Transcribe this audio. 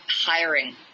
hiring